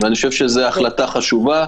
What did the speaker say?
ואני חושב שזאת החלטה חשובה.